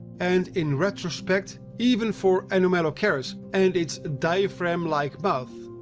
and in retrospect even for anomalocaris and its diaphragm-like mouth!